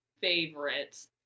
favorites